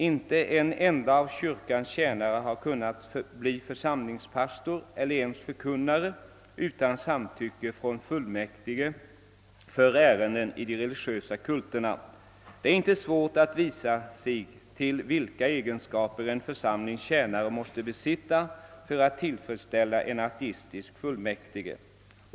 Inte en enda av kyrkans tjänare har kunnat bli församlingspastor eller ens förkunnare utan samtycke från fullmäktige för ärenden i de religiösa kulterna. Det är inte svårt att vissa sig till vilka egenskaper en församlingens tjänare måste besitta för att tillfredsställa en ateistisk fullmäktige.